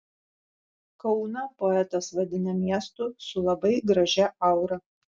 kauną poetas vadina miestu su labai gražia aura